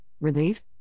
relief